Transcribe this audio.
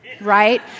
Right